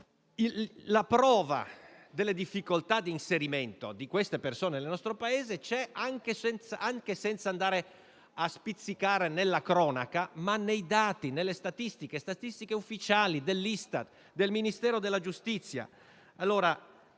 La prova delle difficoltà di inserimento di quelle persone nel nostro Paese c'è anche senza andare a spizzicare nella cronaca: basta leggere i dati e le statistiche, quelle ufficiali, dell'Istat e del Ministero della giustizia.